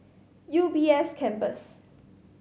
U B S Campus